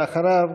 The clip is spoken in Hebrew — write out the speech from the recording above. ואחריו,